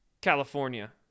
California